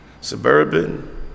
suburban